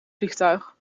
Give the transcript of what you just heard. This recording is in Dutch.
vliegtuig